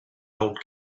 old